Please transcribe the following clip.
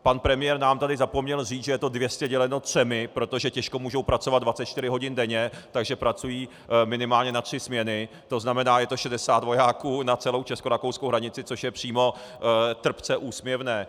Pan premiér nám tady zapomněl říci, že je to 200:3, protože těžko mohou pracovat 24 hodin denně, takže pracují minimálně na tři směny, to znamená je to 60 vojáků na celou českorakouskou hranici, což je přímo trpce úsměvné.